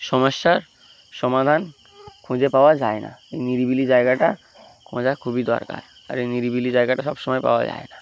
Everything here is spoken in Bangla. সমস্যার সমাধান খুঁজে পাওয়া যায় না এই নিরিবিলি জায়গাটা খোঁজা খুবই দরকার আর এই নিরিবিলি জায়গাটা সব সমময় পাওয়া যায় না